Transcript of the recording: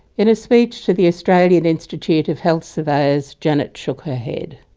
in a speech to the australian institute of health surveyors, janet shook her head